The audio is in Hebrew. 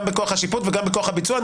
גם בכוח השיפוט וגם בכוח הביצוע.